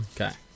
Okay